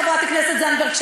חברת הכנסת זנדברג,